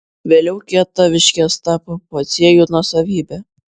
vėliau kietaviškės tapo pociejų nuosavybe